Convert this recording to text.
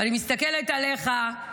ואני מסתכלת עליך,